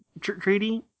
treaty